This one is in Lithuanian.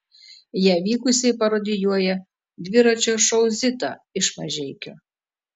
ją vykusiai parodijuoja dviračio šou zita iš mažeikių